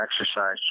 exercise